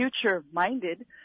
future-minded